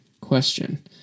question